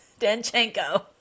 Danchenko